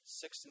six